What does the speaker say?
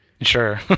Sure